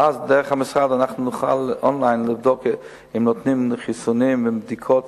ואז דרך המשרד אנחנו נוכל און-ליין לבדוק אם נותנים חיסונים ובדיקות.